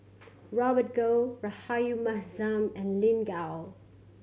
Robert Goh Rahayu Mahzam and Lin Gao